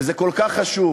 וזה כל כך חשוב